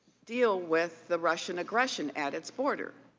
deal with the russian aggression at its border.